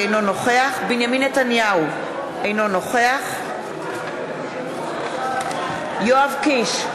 אינו נוכח בנימין נתניהו, אינו נוכח יואב קיש,